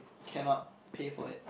cannot pay for it